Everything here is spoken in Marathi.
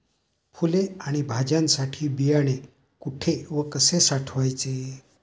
फुले आणि भाज्यांसाठी बियाणे कुठे व कसे साठवायचे?